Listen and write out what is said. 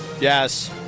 yes